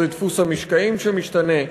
זה דפוס המשקעים שמשתנה,